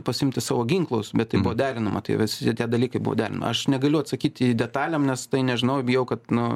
pasiimti savo ginklus bet tai buvo derinama tai visi tie dalykai buvo derinami aš negaliu atsakyti detalėm nes tai nežinau bijau kad nu